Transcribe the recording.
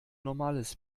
normales